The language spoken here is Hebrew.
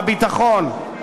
הביטחון.